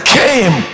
came